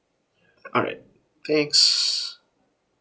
alright thanks